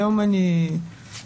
היום אני מתפקדת,